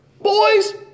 boys